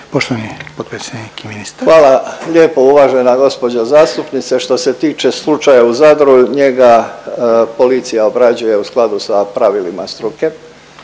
**Božinović, Davor (HDZ)** Hvala lijepo uvažena gospođo zastupnice. Što se tiče slučaja u Zadru njega policija obrađuje u skladu sa pravilima struke